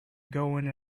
going